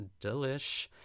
delish